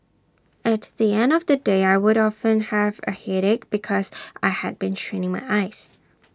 at the end of the day I would often have A headache because I had been straining my eyes